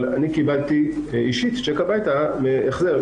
אבל אני קיבלתי אישית צ'ק הביתה החזר.